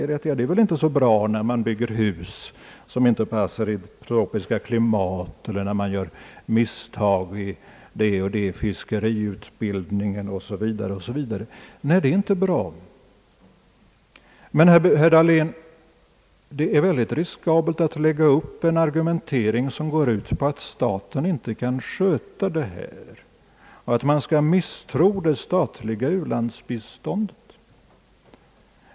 Han framhåller att det inte är bra att i tropiska länder bygga hus som inte passar för det tropiska klimatet eller att starta fiskeriverksamhet där det inte finns förutsättningar för detta 0. sS. Vv. Nej, det är inte bra. Men, herr Dahlén, det är synnerligen riskabelt att lägga upp en argumentering som går ut på att staten inte kan sköta denna uppgift och att man skall misstro det statliga u-landsbiståndet.